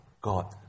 God